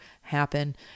happen